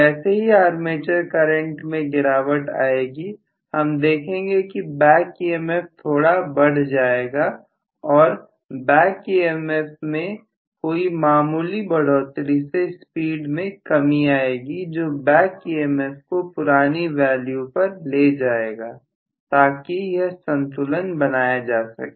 जैसे ही armature current में गिरावट आएगी हम देखेंगे कि बैक EMF थोड़ा बढ़ जाएगा और बैक EMF में हुई मामूली बढ़ोतरी से स्पीड में कमी आएगी जो बैक EMF को पुरानी वैल्यू पर ले जाएगी ताकि यह संतुलन बनाया जा सके